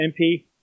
MP